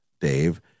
Dave